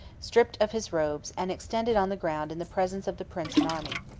stripped of his robes, and extended on the ground in the presence of the prince and army.